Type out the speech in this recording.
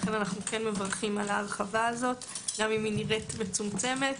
לכן אנו מברכים על ההרחבה הזו גם אם נראית מצומצמת.